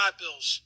bills